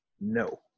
no